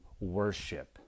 worship